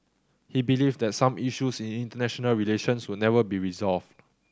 he believed that some issues in international relations would never be resolved